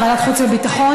לוועדת חוץ וביטחון?